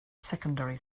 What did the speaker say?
secondary